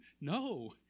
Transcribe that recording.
No